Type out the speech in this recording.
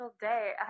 day